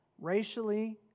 racially